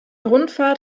rundfahrt